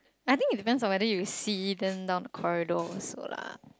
I think it depends on whether you see then down the corridor also lah